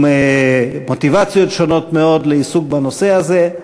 עם מוטיבציות שונות מאוד, לעיסוק בנושא הזה.